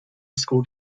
school